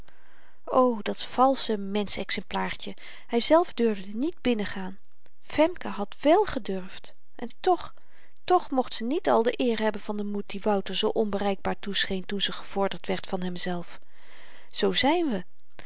o dat valsche mensch exemplaartje hyzelf durfde niet binnengaan femke had wèl gedurfd en toch toch mocht ze niet al de eer hebben van den moed die wouter zoo onbereikbaar toescheen toen ze gevorderd werd van hemzelf zoo zyn we